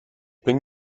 bin